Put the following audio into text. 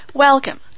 Welcome